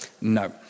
No